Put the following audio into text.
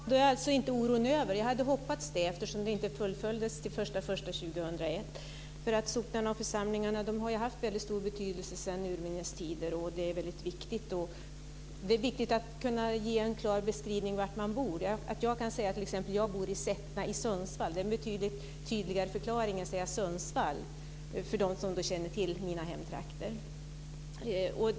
Fru talman! Då är alltså inte oron över. Jag hade hoppats det, eftersom det inte fullföljdes till den 1 Socknarna och församlingarna har haft väldigt stor betydelse sedan urminnes tider. Det är viktigt att kunna ge en klar beskrivning av var man bor. Jag kan t.ex. säga att jag bor i Sättna i Sundsvall. Det är en betydligt tydligare förklaring än att säga Sundsvall för dem som känner till mina hemtrakter.